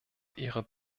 ihre